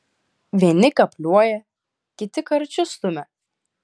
vieni kapliuoja kiti karučius stumia